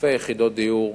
אלפי יחידות דיור,